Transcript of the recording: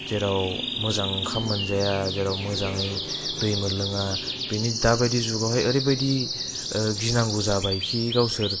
जेराव मोजां ओंखाम मोनजाया जेराव मोजांयै दै मोनलोङा बेनि दाबादि जुगावहाय ओरैबायदि गिनांगौ जाबायखि गावसोर